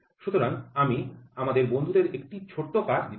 সুতরাং আমি আমাদের বন্ধুদের একটি ছোট কাজ দিতে চাই